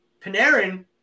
Panarin